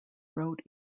wrote